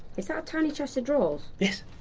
is that a tiny chest of drawers? yes,